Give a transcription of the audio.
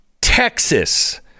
texas